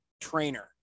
trainer